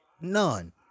None